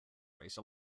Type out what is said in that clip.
race